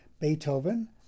Beethoven